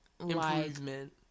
improvement